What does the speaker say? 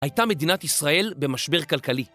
הייתה מדינת ישראל במשבר כלכלי.